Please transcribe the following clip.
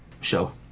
show